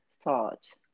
thought